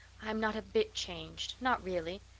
i'm not a bit changed not really.